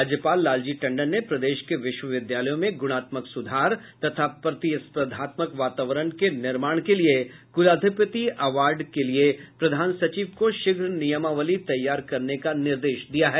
राज्यपाल लालजी टंडन ने प्रदेश के विश्वविद्यालयों में गूणात्मक सुधार तथा प्रतिस्पर्धात्मक वातावरण के निर्माण के लिए कुलाधिपती अवार्ड के लिए प्रधान सचिव को शीघ्र नियमावली तैयार करने का निर्देश दिया है